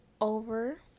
over